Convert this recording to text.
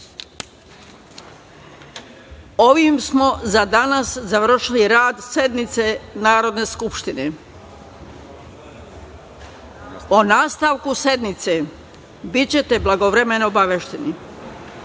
smo za danas završili rad sednice Narodne skupštine.O nastavku sednice bićete blagovremeno obavešteni. Hvala